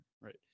right